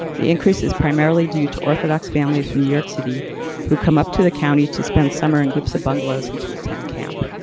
the increase is primarily due to orthodox families from new york city who come up to the county to spend summer in groups of bungalows and to attend camp.